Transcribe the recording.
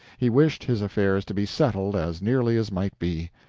he wished his affairs to be settled as nearly as might be.